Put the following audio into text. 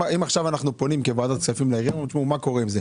אם עכשיו אנחנו פונים כוועדת כספים לעירייה ושואלים מה קורה עם זה,